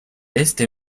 este